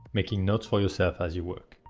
making notes for yourself as you work.